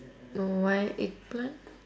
oh why eggplant